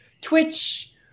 Twitch